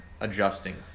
adjusting